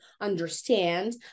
understand